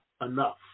enough